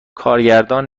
کارگردان